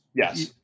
Yes